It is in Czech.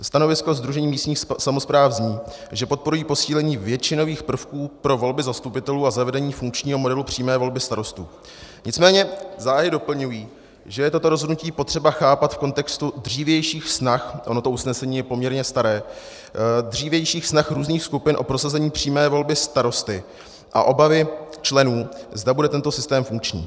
Stanovisko Sdružení místních samospráv zní, že podporují posílení většinových prvků pro volby zastupitelů a zavedení funkčního modelu přímé volby starostů, nicméně záhy doplňují, že je toto rozhodnutí potřeba chápat v kontextu dřívějších snah ono to usnesení je poměrně staré dřívějších snah různých skupin o prosazení přímé volby starosty a obavy členů, zda bude tento systém funkční.